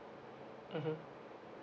mmhmm